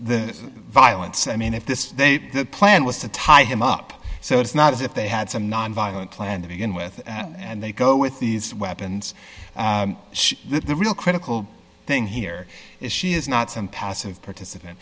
the violence i mean if this plan was to tie him up so it's not as if they had some nonviolent plan to begin with and they go with these weapons the real critical thing here is she is not some passive participant